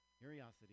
curiosity